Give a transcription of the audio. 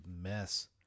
mess